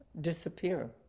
disappear